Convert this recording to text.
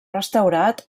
restaurat